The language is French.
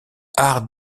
art